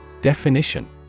Definition